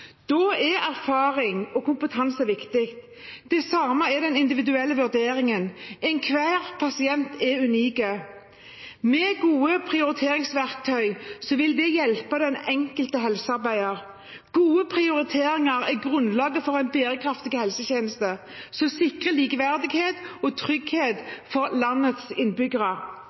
Da er erfaring og kompetanse viktig. Det samme er den individuelle vurderingen. Enhver pasient er unik. Gode prioriteringsverktøy vil hjelpe den enkelte helsearbeider. Gode prioriteringer er grunnlaget for en bærekraftig helsetjeneste som sikrer likeverdighet og trygghet for landets innbyggere.